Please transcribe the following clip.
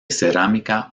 cerámica